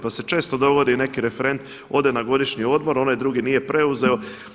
Pa se često dogodi, neki referent ode na godišnji odmor, onaj drugi nije preuzeo.